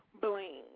Bling